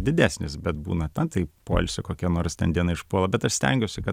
didesnis bet būna ten poilsio kokia nors ten diena išpuola bet aš stengiuosi kad